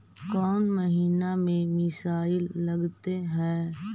कौन महीना में मिसाइल लगते हैं?